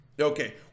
Okay